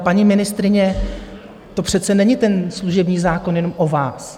Paní ministryně, to přece není ten služební zákon jen o vás.